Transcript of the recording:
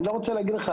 אני לא רוצה להגיד לך,